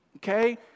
Okay